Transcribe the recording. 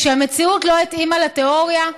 כשהמציאות לא התאימה לתיאוריה,